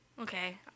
okay